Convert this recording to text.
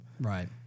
Right